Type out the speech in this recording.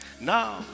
Now